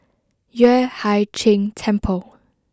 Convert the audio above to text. Yueh Hai Ching Temple